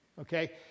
okay